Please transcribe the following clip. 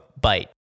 bite